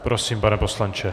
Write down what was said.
Prosím, pane poslanče.